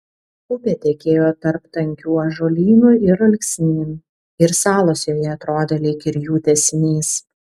upė tekėjo tarp tankių ąžuolynų ir alksnynų ir salos joje atrodė lyg ir jų tęsinys